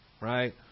right